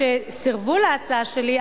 כשסירבו להצעה שלי,